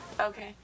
Okay